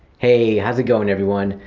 hey, how's it going everyone?